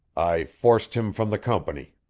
i forced him from the company.